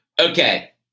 Okay